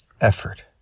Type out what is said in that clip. effort